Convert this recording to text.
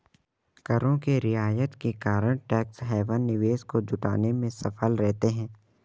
करों के रियायत के कारण टैक्स हैवन निवेश को जुटाने में सफल रहते हैं